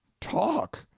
Talk